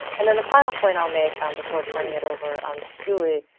and and the final point i'll make, um before turning it over um to julie,